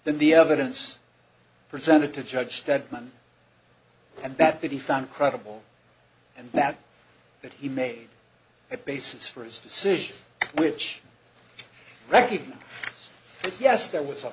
than the evidence presented to judge stedman and that that he found credible and that that he made a basis for his decision which recchi yes there was a